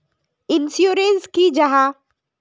Insurance की जाहा?